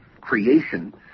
creation